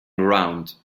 around